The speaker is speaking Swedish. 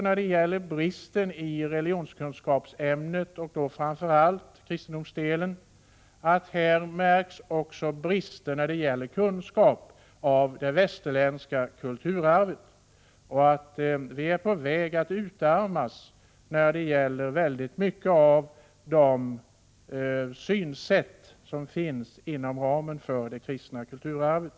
När det gäller religionskunskapsämnet och speciellt kristendomsdel ser vi brister också beträffande kunskap om det västerländska kulturarvet. Vi är på väg att utarmas i fråga om mycket av de synsätt som ryms inom ramen för det kristna kulturarvet.